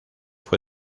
fue